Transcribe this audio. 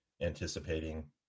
anticipating